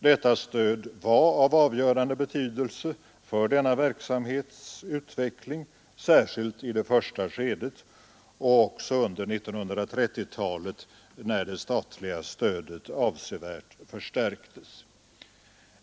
Detta stöd var av avgörande betydelse för verksamhetens utveckling, särskilt i det första skedet och också under 1930-talet, när det statliga stödet avsevärt förstärktes.